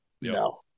No